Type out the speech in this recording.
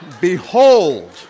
behold